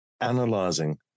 analyzing